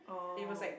and it was at